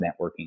networking